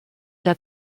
der